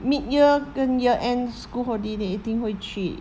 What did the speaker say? mid year 跟 year end school holiday 一定回去